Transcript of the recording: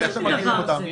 איזה מין דבר זה?